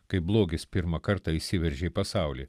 kai blogis pirmą kartą išsiveržė į pasaulį